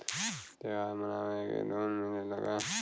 त्योहार मनावे के लोन मिलेला का?